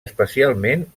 especialment